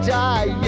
die